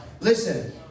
Listen